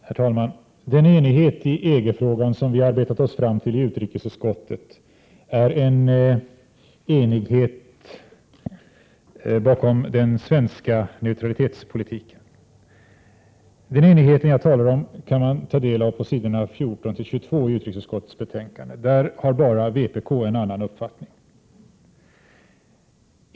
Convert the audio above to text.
Herr”talman! Den enighet i EG-frågan som vi arbetat oss fram till i utrikesutskottet är en enighet bakom den svenska neutralitetspolitiken. Den enighet jag talar om kan man ta del av på s. 14—22 i utrikesutskottets betänkande. Där har bara vpk en annan uppfattning.